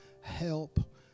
help